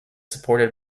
supported